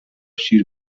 شیر